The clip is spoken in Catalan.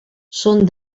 són